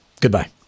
Goodbye